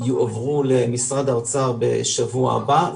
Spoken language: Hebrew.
יועברו למשרד האוצר בשבוע הבא,